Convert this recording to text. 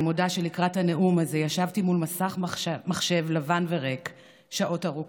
אני מודה שלקראת הנאום הזה ישבתי מול מסך מחשב לבן וריק שעות ארוכות,